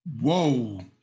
Whoa